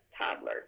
toddler